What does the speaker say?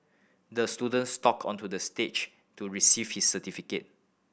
the student stock onto the stage to receive his certificate